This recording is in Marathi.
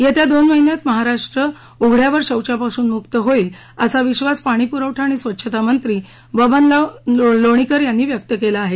येत्या दोन महिन्यात महाराष्ट्र उघड्यावर शौचापासून मुक्त होईल असा विधास पाणी प्रवठा आणि स्वच्छता मंत्री बबनराव लोणीकर यांनी व्यक्त केला आहे